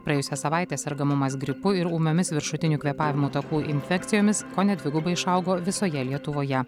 praėjusią savaitę sergamumas gripu ir ūmiomis viršutinių kvėpavimo takų infekcijomis kone dvigubai išaugo visoje lietuvoje